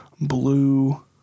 blue